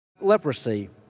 leprosy